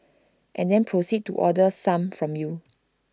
and then proceed to order some from you